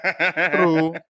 True